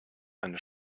eine